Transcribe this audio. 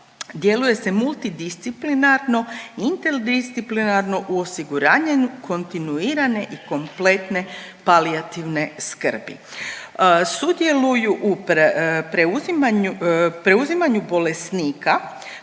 djeluje se multidisciplinarno, interdisciplinarno u osiguravanju kontinuirane i kompletne palijativne skrbi. Sudjeluju u preuzimanju bolesnika,